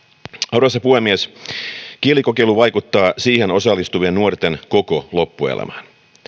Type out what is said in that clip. arvoisa puhemies kielikokeilu vaikuttaa siihen osallistuvien nuorten koko loppuelämään